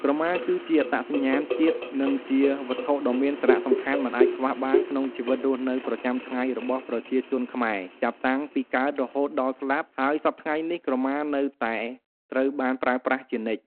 ក្រមា គឺជាអត្តសញ្ញាណជាតិ និងជាវត្ថុដ៏មានសារៈសំខាន់មិនអាចខ្វះបាន ក្នុងជីវិតរស់នៅប្រចាំថ្ងៃរបស់ប្រជាជនខ្មែរ ចាប់តាំងពីកើតរហូតដល់ស្លាប់ហើយសព្វថ្ងៃនេះក្រមានៅតែត្រូវបានប្រើប្រាស់ជានិច្ច។